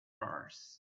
mars